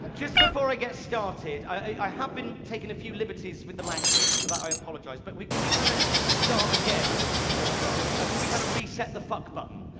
just before i get started, i have been taking a few liberties with the language. for that, i apologise. but can we kind of start again for trump? ah can we kind of reset the fuck button?